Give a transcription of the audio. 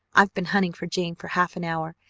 i've been hunting for jane for half an hour,